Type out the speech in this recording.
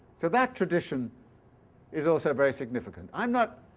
so that tradition is also very significant. i'm not